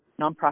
nonprofit